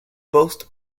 post